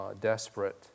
desperate